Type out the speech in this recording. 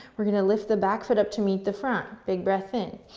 we're going to lift the back foot up to meet the front. big breath in.